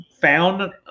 found